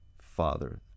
father